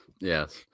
Yes